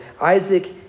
Isaac